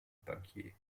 bankier